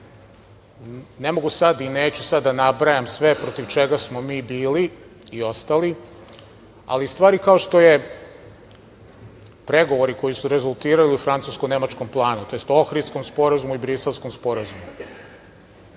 mogu sad i neću sad da nabrajam sve protiv čega smo mi bili i ostali, ali stvari, kao što su pregovori koji su rezultirali u francusko-nemačkom planu, tj. Ohridskom sporazumu i Briselskom sporazumu,